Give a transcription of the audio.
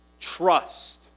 Trust